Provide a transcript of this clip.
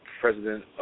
President